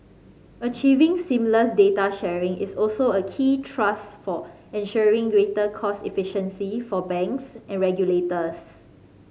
achieving seamless data sharing is also a key thrust for ensuring greater cost efficiency for banks and regulators